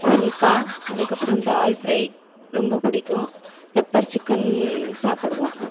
ஃபுல்க்கா அதுக்கப்புறம் தால்ஃபிரை ரொம்ப பிடிக்கும் பெப்பர் சிக்கன் சாப்பிடுவோம்